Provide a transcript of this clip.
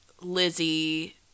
Lizzie